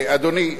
אדוני,